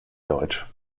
deutsch